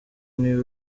niyo